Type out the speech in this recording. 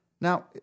Now